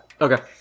Okay